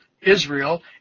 Israel